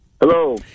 Hello